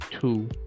two